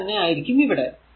അത് തന്നെ ആയിരിക്കും ഇവിടെ